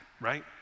right